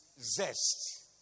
zest